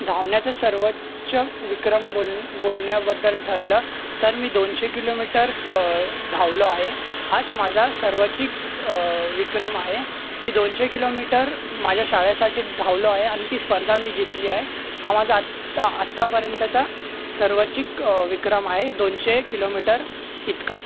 धावण्याच्या सर्वोच्च विक्रम बोल बोलण्याबद्दल ठरलं तर मी दोनशे किलोमीटर्स धावलो आहे हाच माझा सर्वाचिक विक्रम आहे मी दोनशे किलोमीटर माझ्या शाळेसाठी धावलो आहे आणि ती स्पर्धा मी जितलीय हा माझा आता आतापर्यंतचा सर्वाचिक विक्रम आहे दोनशे किलोमीटर इतका